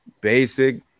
basic